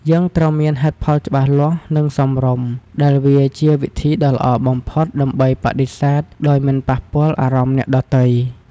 យើងត្រូវមានហេតុផលច្បាស់លាស់ និងសមរម្យ ដែលវាជាវិធីដ៏ល្អបំផុតដើម្បីបដិសេធដោយមិនប៉ះពាល់អារម្មណ៍អ្នកដទៃ។